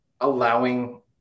allowing